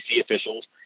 officials